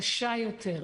קשה יותר.